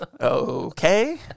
Okay